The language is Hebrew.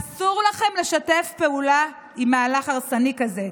אסור לכם לשתף פעולה עם מהלך הרסני כזה.